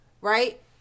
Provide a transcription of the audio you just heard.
Right